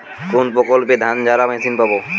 কোনপ্রকল্পে ধানঝাড়া মেশিন পাব?